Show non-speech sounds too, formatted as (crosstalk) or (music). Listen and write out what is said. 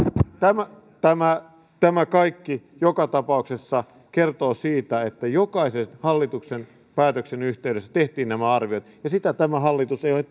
tämä tämä kaikki joka tapauksessa kertoo siitä että jokaisen hallituksen päätöksen yhteydessä tehtiin nämä arviot ja sitä tämä hallitus ei ole (unintelligible)